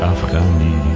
Afghani